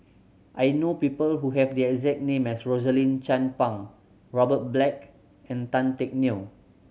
I know people who have the exact name as Rosaline Chan Pang Robert Black and Tan Teck Neo